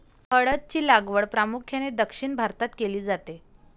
हळद ची लागवड प्रामुख्याने दक्षिण भारतात केली जाते